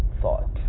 thought